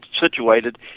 situated